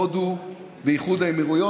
הודו ואיחוד האמירויות.